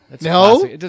No